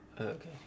Okay